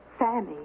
Fanny